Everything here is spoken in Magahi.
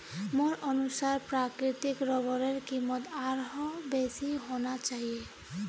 मोर अनुसार प्राकृतिक रबरेर कीमत आरोह बेसी होना चाहिए